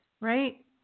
right